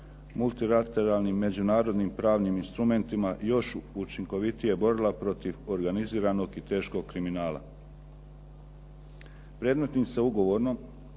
multilateralnim međunarodnim pravnim instrumentima još učinkovitije borila protiv organiziranog i teškog kriminala. Predmetnim se ugovorom